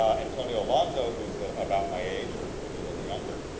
antonio alonso, who's about my age, or maybe a little younger,